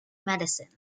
medicine